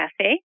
Cafe